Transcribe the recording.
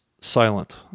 silent